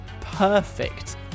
perfect